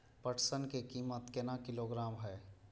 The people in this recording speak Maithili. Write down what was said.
पटसन की कीमत केना किलोग्राम हय?